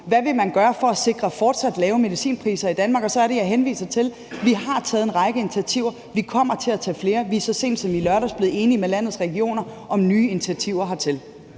Hvad vil man gøre for fortsat at sikre lave medicinpriser i Danmark? Så er det jeg henviser til, at vi har taget en række initiativer, og vi kommer til at tage flere. Vi er så sent som i lørdags blevet enige med landets regioner om nye initiativer hertil.